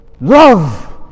Love